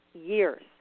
years